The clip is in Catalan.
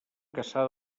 cassà